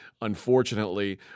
unfortunately